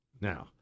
Now